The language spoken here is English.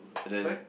sorry